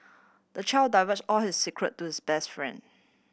the child divulged all his secret to his best friend